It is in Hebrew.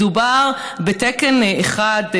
מדובר בתקן אחד,